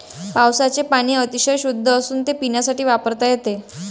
पावसाचे पाणी अतिशय शुद्ध असून ते पिण्यासाठी वापरता येते